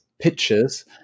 pictures